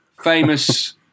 famous